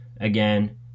Again